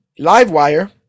Livewire